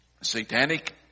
satanic